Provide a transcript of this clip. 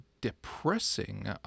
depressing